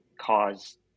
cause